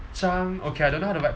章 okay I don't know how to write